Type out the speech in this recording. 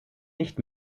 nicht